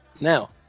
Now